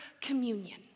communion